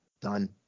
Done